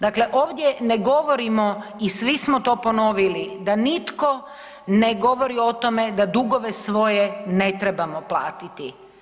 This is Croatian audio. Dakle ovdje ne govorimo i svi smo to ponovili da nitko ne govori o tome da dugove svoje ne trebamo platiti.